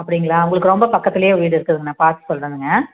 அப்படிங்களா உங்களுக்கு ரொம்ப பக்கத்துலேயே வீடு இருக்குதுங்க நான் பார்த்து சொல்லுறேனுங்க